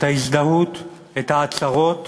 את ההזדהות, את ההצהרות